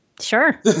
Sure